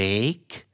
Make